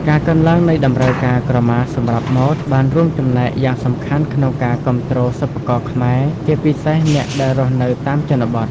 ការកើនឡើងនៃតម្រូវការក្រមាសម្រាប់ម៉ូដ បានរួមចំណែកយ៉ាងសំខាន់ក្នុងការ គាំទ្រសិប្បករខ្មែរ ជាពិសេសអ្នកដែលរស់នៅតាមជនបទ។